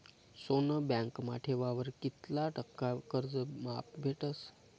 सोनं बँकमा ठेवावर कित्ला टक्का कर्ज माफ भेटस?